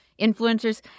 influencers